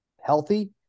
healthy